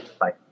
Bye